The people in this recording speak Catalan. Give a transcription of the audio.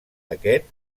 aquest